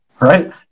right